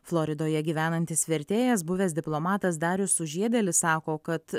floridoje gyvenantis vertėjas buvęs diplomatas darius sužiedėlis sako kad